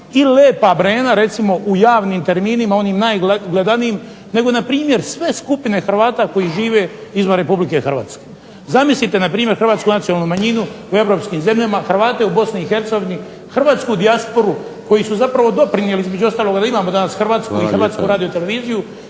i Lepa Brena recimo u javnim terminima, onim najgledanijim, nego npr. sve skupine Hrvata koji žive izvan Republike Hrvatske. Zamislite npr. hrvatsku nacionalnu manjinu u europskim zemljama, Hrvate u Bosni i Hercegovini, hrvatsku dijasporu koji su zapravo doprinijeli između ostaloga da imamo danas Hrvatsku i Hrvatsku radioteleviziju.